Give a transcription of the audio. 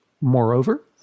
Moreover